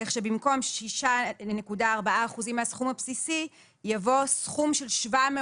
כך שבמקום "6.4% מהסכום הבסיסי" יבוא "סכום של 700